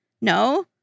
No